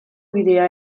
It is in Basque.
bidea